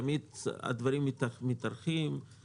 תמיד הדברים מתארכים,